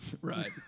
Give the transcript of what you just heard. Right